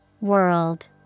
World